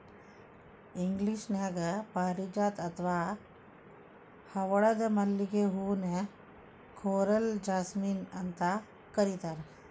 ಇಂಗ್ಲೇಷನ್ಯಾಗ ಪಾರಿಜಾತ ಅತ್ವಾ ಹವಳದ ಮಲ್ಲಿಗೆ ಹೂ ನ ಕೋರಲ್ ಜಾಸ್ಮಿನ್ ಅಂತ ಕರೇತಾರ